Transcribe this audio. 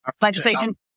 legislation